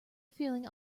feeling